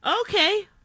Okay